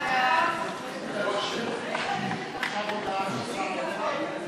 הטרדה מינית